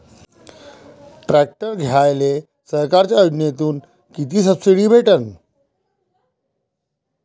Tractor घ्यायले सरकारच्या योजनेतून किती सबसिडी भेटन?